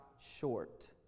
short